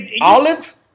Olive